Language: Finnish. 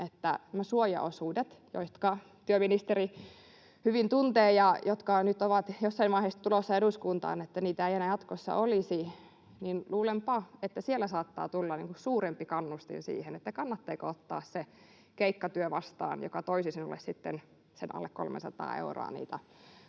että näitä suojaosuuksia — jotka työministeri hyvin tuntee, ja jotka nyt ovat jossain vaiheessa tulossa eduskuntaan — ei enää jatkossa olisi, ja luulenpa, että siellä saattaa tulla suurempi kannustin siihen, kannattaako ottaa vastaan se keikkatyö, joka toisi sinulle sitten sen alle 300 euroa niitä